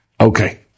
Okay